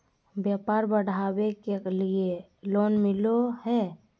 व्यापार बढ़ावे के लिए लोन मिलो है?